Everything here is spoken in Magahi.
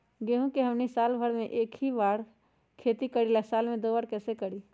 गेंहू के हमनी साल भर मे एक बार ही खेती करीला साल में दो बार कैसे करी?